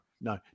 no